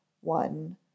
one